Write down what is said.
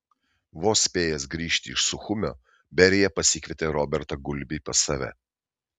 vos spėjęs grįžti iš suchumio berija pasikvietė robertą gulbį pas save